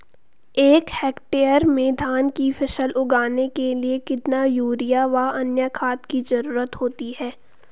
एक हेक्टेयर में धान की फसल उगाने के लिए कितना यूरिया व अन्य खाद की जरूरत होती है?